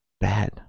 bad